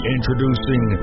Introducing